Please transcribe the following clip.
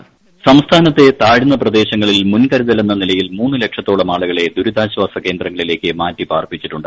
voice സംസ്ഥാനത്തെ താഴ്ന്ന പ്രദേശങ്ങളിൽ മുൻ കരുതലെന്ന നിലയിൽ മൂന്ന് ലക്ഷത്തോളം ആളുകളെ ദുരിതാശ്വാസ കേന്ദ്രങ്ങളിലേയ്ക്ക് മാറ്റി പാർപ്പിച്ചിട്ടുണ്ട്